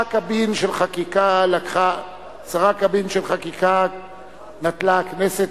עשרה קבין של חקיקה נטלה הכנסת,